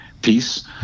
peace